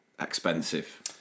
expensive